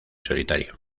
solitario